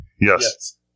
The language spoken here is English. Yes